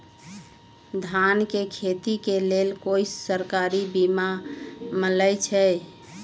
धान के खेती के लेल कोइ सरकारी बीमा मलैछई?